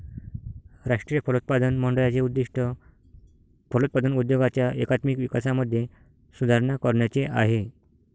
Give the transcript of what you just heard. राष्ट्रीय फलोत्पादन मंडळाचे उद्दिष्ट फलोत्पादन उद्योगाच्या एकात्मिक विकासामध्ये सुधारणा करण्याचे आहे